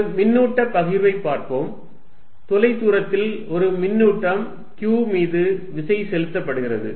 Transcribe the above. ஒரு மின்னூட்ட பகிர்வை பார்ப்போம் தொலைதூரத்தில் ஒரு மின்னூட்டம் q மீது விசை செலுத்தப்படுகிறது